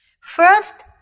first